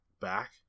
back